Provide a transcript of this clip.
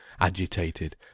agitated